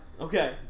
Okay